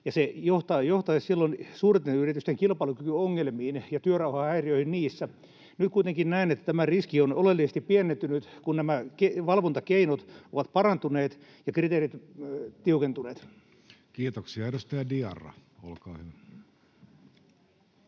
se johtaisi silloin suurten yritysten kilpailukykyongelmiin ja työrauhahäiriöihin niissä. Nyt kuitenkin näen, että tämä riski on oleellisesti pienentynyt, kun nämä valvontakeinot ovat parantuneet ja kriteerit tiukentuneet. [Speech 27] Speaker: